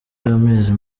amezi